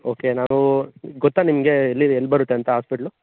okay ನಾವು ಗೊತ್ತ ನಿಮಗೆ ಎಲ್ಲಿದೆ ಎಲ್ಲಿ ಬರುತ್ತೆ ಅಂತ ಆಸ್ಪೆಟ್ಲು